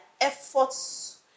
efforts